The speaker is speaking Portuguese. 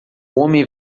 homem